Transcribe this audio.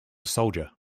soldier